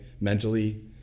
mentally